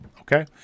Okay